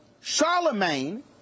Charlemagne